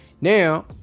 now